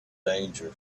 danger